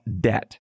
debt